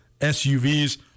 SUVs